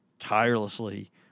tirelessly